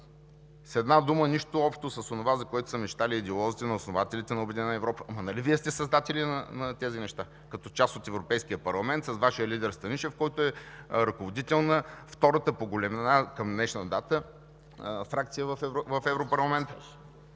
С една дума, нищо общо с онова, за което са мечтали идеолозите, основателите на обединена Европа. Нали Вие сте създатели на тези неща като част от Европейския парламент с Вашия лидер Станишев, който е ръководител на втората по големина към днешна дата фракция в Европарламента?